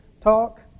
talk